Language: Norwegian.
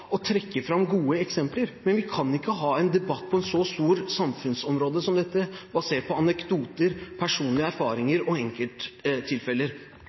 å trekke fram gode eksempler, men vi kan ikke ha en debatt på et så stort samfunnsområde som dette basert på anekdoter, personlige erfaringer og enkelttilfeller.